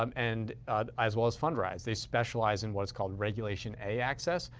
um and as well as fundrise. they specialize in what's called regulation a access,